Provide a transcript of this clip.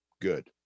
good